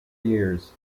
years